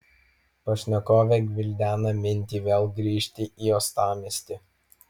pašnekovė gvildena mintį vėl grįžti į uostamiestį